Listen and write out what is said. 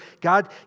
God